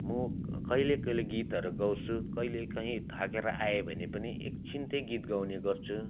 म कहिले कहिले गीतहरू गाउँछु कहिलेकाहीँ थाकेर आएँ भने पनि एकछिन चाहिँ गीत गाउने गर्छु